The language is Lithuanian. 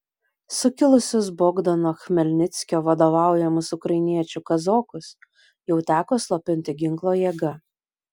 sukilusius bogdano chmelnickio vadovaujamus ukrainiečių kazokus jau teko slopinti ginklo jėga